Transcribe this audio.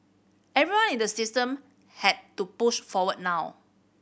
everyone in the system has to push forward now